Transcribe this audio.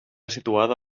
situada